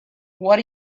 what